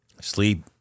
Sleep